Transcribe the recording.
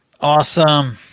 Awesome